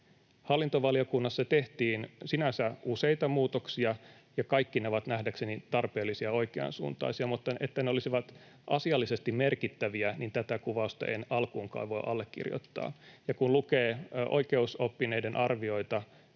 Hallintovaliokunnassa tehtiin sinänsä useita muutoksia, ja kaikki ne ovat nähdäkseni tarpeellisia ja oikeansuuntaisia, mutta että ne olisivat asiallisesti merkittäviä, niin tätä kuvausta en alkuunkaan voi allekirjoittaa. Ja kun lukee oikeusoppineiden arvioita,